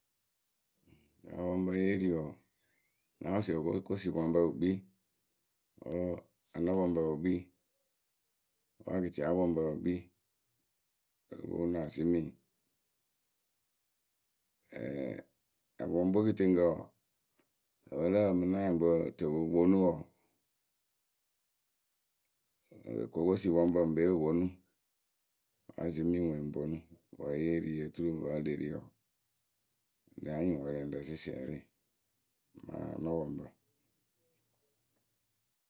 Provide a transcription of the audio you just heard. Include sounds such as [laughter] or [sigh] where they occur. Mɨŋ apɔŋpǝ yée ri wǝǝ ŋ́ na wɔsɩ okokosipɔŋpǝ pɨ kpii wǝ́ anɔpɔŋpǝ pɨ kpii. Wǝ́ akɨtiapɔŋpǝ pɨ kpii [hesitation] apɔŋpǝ we kɨtɨŋkǝ wǝǝ ǝpǝ lǝ pǝ ŋmɨ ŋ́ na nyɩŋ pɨ tɨ pɨ ponu wǝǝ, okokosipɔŋpǝ ŋpee o wǝ pɔnu. Wǝ́ azimii ŋwe ŋ ponu ŋlë yée ri wǝǝ tɨ wǝǝ te ti yo anyɩŋ wɛlɛŋrǝ sɩsiɛrɩ mɨ anɔpɔŋpǝ.